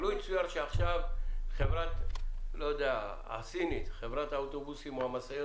לו יצויר שעכשיו חברת האוטובוסים או המשאיות